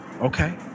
okay